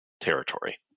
territory